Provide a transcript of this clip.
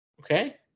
Okay